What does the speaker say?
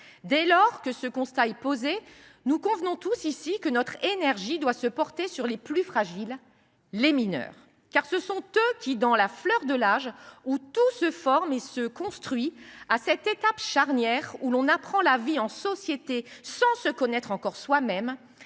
Dès lors que ce constat est posé, nous convenons tous ici que notre énergie doit se porter sur les plus fragiles : les mineurs. Car ce sont eux qui, dans la fleur de l’âge, où tout se forme et se construit, à cette étape charnière où l’on apprend la vie en société sans se connaître encore soi même,